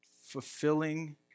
fulfilling